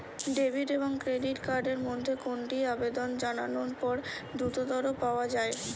Debit এবং credit card এর মধ্যে কোনটি আবেদন জানানোর পর দ্রুততর পাওয়া য়ায়?